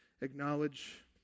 acknowledge